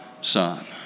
Son